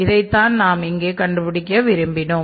இதைத்தான் நாம் இங்கே கண்டுபிடிக்க விரும்பினோம்